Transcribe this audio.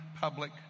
public